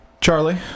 charlie